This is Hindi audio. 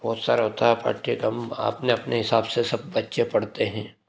बहुत सारा होता है पाठ्यक्रम अपने अपने हिसाब से सब बच्चे पढ़ते हैं